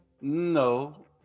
No